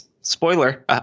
spoiler